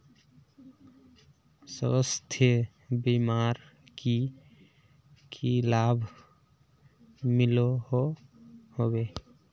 स्वास्थ्य बीमार की की लाभ मिलोहो होबे?